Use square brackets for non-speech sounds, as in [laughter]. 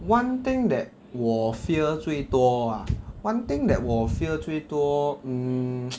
one thing that 我 fear 最多 ah one thing that 我 fear 最多 mm [noise]